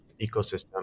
ecosystem